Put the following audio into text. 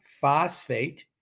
phosphate